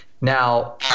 now